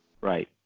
Right